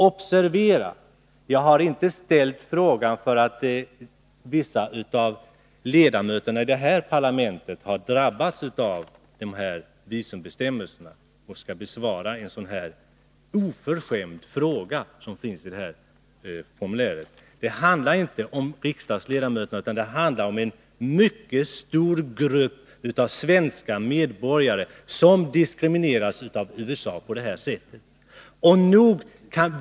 Observera att jag inte har ställt frågan för att vissa av ledamöterna i det här parlamentet har drabbats av dessa visumbestämmelser och skall besvara en så oförskämd fråga som den som finns i visumformuläret. Det handlar inte om riksdagsledamöterna utan om en mycket stor grupp svenska medborgare som diskrimineras av USA på detta sätt.